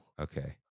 Okay